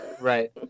Right